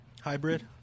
Hybrid